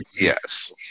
yes